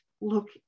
look